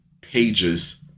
pages